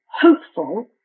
hopeful